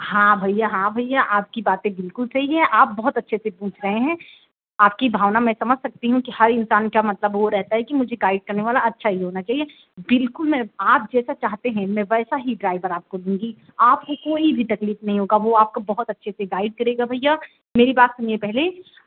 हाँ भैया हाँ भैया आपकी बाते बिल्कुल सही है आप बहुत अच्छे से पूछ रहे हैं आपकी भावना मैं समझ सकती हूँ की हर इंसान का मतलब वो रहता है कि मुझे गाइड करने वाला अच्छा ही होना चाहिए बिल्कुल मैं आप जैसा चाहते हैं मैं वैसा हीं ड्राइवर आपको दूँगी आपको कोई भी तकलीफ़ नहीं होगा वह आपको बहुत अच्छे से गाइड करेगा भैया मेरी बात सुनिए पहले